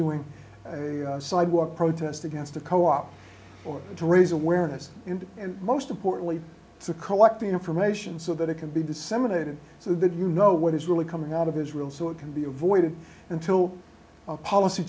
doing a sidewalk protest against a co op or to raise awareness and most importantly to collect information so that it can be disseminated so that you know what is really coming out of israel so it can be avoided until policy